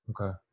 Okay